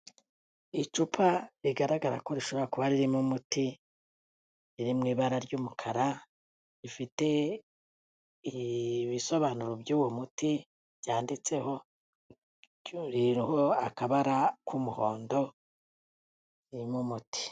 Icupa rigaragara ko rishobora kuba ririmo umuti iri rimwe ibara ry'umukara, rifite ibisobanuro by'uwo muti byanditseho akabara k'umuhondo irimo umuti.